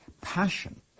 Passion